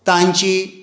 तांची